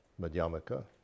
Madhyamaka